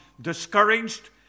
discouraged